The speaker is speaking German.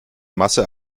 masse